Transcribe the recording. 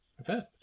event